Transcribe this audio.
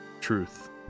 truth